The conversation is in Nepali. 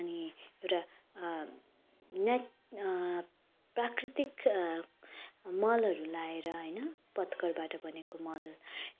अनि पुरा नेचुरल प्राकृतिक मलहरू लगाएर होइन पत्तकरबाट बनिएको मल